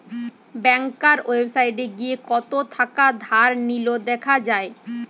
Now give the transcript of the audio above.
ব্যাংকার ওয়েবসাইটে গিয়ে কত থাকা ধার নিলো দেখা যায়